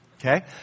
Okay